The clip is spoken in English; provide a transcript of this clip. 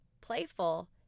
playful